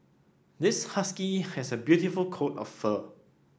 this husky has a beautiful coat of fur